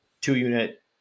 two-unit